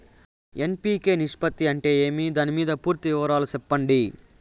NPK నిష్పత్తి అంటే ఏమి దాని పూర్తి వివరాలు సెప్పండి?